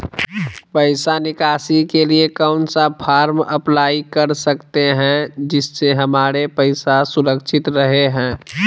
पैसा निकासी के लिए कौन सा फॉर्म अप्लाई कर सकते हैं जिससे हमारे पैसा सुरक्षित रहे हैं?